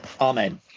Amen